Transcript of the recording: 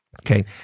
okay